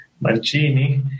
Mancini